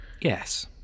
Yes